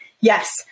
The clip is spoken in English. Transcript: yes